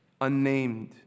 unnamed